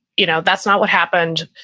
you know that's not what happened.